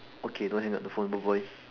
okay don't hang up the phone bye bye